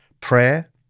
prayer